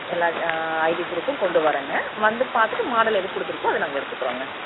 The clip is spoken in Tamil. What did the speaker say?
எல்லாம் ஐடி புரூஃப்பும் கொண்டு வரேன்ங்க வந்து பார்த்துட்டு மாடல் எது பிடிச்சிருக்கோ அது நாங்கள் எடுத்துக்குறோம்ங்க